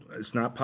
it's not,